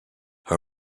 her